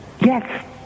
Yes